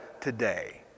today